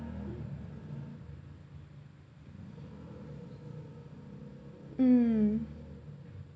mm